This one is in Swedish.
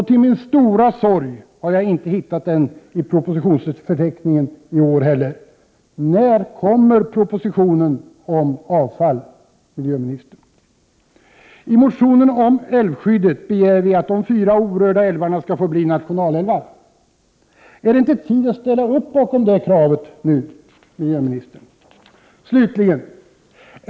Till min stora sorg har jag inte hittat den i propositions 1 februari 1989 förteckningen i år heller. När kommer propositionen om avfall, miljöministern? I motionen om älvskyddet begär vi att de fyra orörda älvarna skall få bli nationalälvar. Är det inte tid att ställa upp bakom det kravet nu, miljöministern?